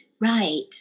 Right